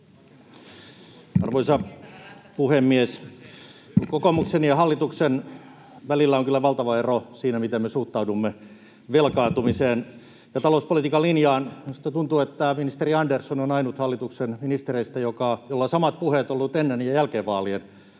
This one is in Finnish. Arvoisa puhemies! Kokoomuksen ja hallituksen välillä on kyllä valtava ero siinä, miten me suhtaudumme velkaantumiseen ja talouspolitiikan linjaan. Minusta tuntuu, että ministeri Andersson on ainut hallituksen ministereistä, jolla on ollut samat puheet ennen ja jälkeen vaalien.